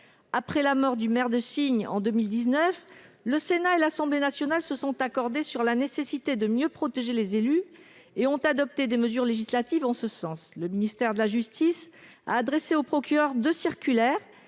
Après la mort du maire de Signes en 2019, le Sénat et l'Assemblée nationale se sont accordés sur la nécessité de mieux protéger les élus et ont adopté des mesures législatives en ce sens. Le ministère de la justice a adressé deux circulaires